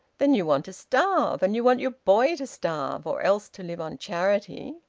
then you want to starve! and you want your boy to starve or else to live on charity!